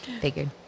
Figured